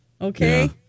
okay